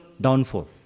downfall